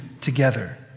together